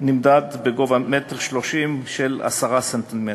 נמדד בגובה 1.30 מטר, הוא 10 סנטימטר.